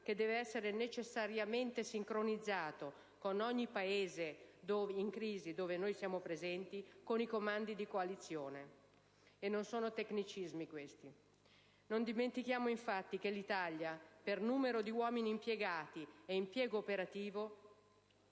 che deve essere necessariamente sincronizzato, in ogni Paese in crisi dove siamo presenti, con i comandi di coalizione. E non sono tecnicismi, questi. Non dimentichiamo, infatti, che l'Italia, per numero di uomini impiegati e impiego operativo,